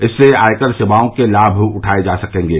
इससे आयकर सेवाओं के लाभ उठाए जा सकेंगे